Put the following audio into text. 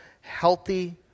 healthy